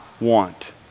want